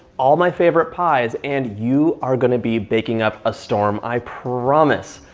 all my favorite pies and you are gonna be baking up a storm i promise.